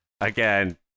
again